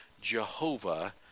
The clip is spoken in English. Jehovah